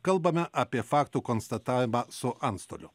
kalbame apie faktų konstatavimą su antstoliu